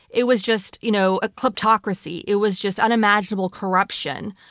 it was just, you know, a kleptocracy. it was just unimaginable corruption.